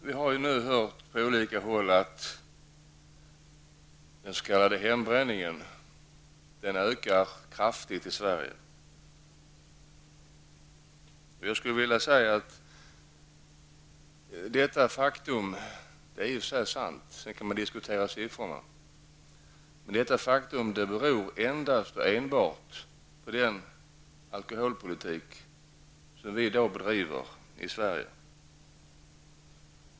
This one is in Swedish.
Vi har hört på olika håll att den s.k. hembränningen kraftigt ökar i Sverige. Detta är i och för sig sant. Men siffrorna kan diskuteras. Detta förhållande beror enbart på den alkoholpolitik som i dag bedrivs i Sverige.